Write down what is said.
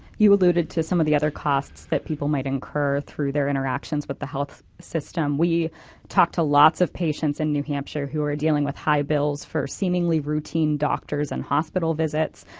you alluded to some of the other costs that people might incur through their interactions with but the health system. we talked to lots of patients in new hampshire who are dealing with high bills for seemingly routine doctors and hospital visits.